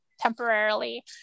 temporarily